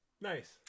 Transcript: Nice